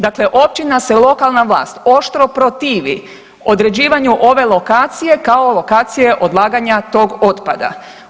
Dakle, općina se, lokalna vlast oštro protivi određivanju ove lokacije kao lokacije odlaganja tog otpada.